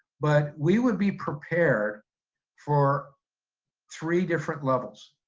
but we would be prepared for three different levels.